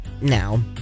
now